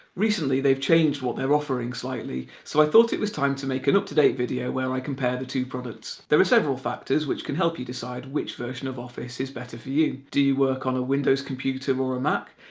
recently they have changed what they are offering slightly, so i thought it was time to make an up-to-date video where i compare the two products. there are several factors which can help you decide which version of office is better for you. do you work on a windows computer or a mac?